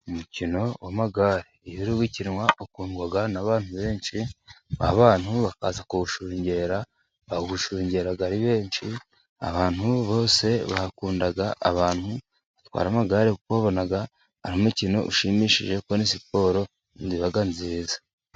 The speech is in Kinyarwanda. Umukino w'amagare iyo uri gukinwa, ukundwa na benshi, bakaza kuwushungera, bawushungera ari benshi, abantu bose bakunda abantu batwara amagare, kuko babona ari umukino ushimishije, kuko ni siporo iba nziza.